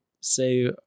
say